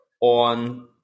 on